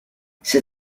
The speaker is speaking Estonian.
see